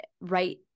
right